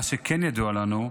מה שכן ידוע לנו,